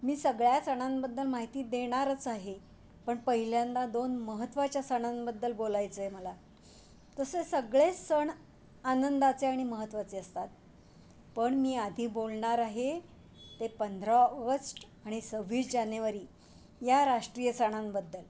मी सगळ्या सणांबद्दल माहिती देणारच आहे पण पहिल्यांदा दोन महत्त्वाच्या सणांबद्दल बोलायचं आहे मला तसे सगळेच सण आनंदाचे आणि महत्त्वाचे असतात पण मी आधी बोलणार आहे ते पंधरा ऑगस्ट आणि सव्वीस जानेवारी या राष्ट्रीय सणांबद्दल